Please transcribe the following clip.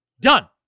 Done